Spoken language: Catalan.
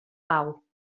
pau